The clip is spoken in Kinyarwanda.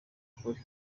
ukuri